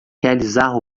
realizar